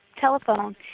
telephone